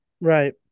Right